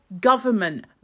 government